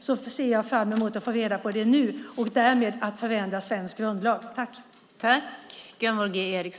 Jag ser fram emot att få reda på det nu, och därmed ska svensk grundlag förändras.